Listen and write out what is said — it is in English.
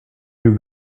you